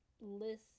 list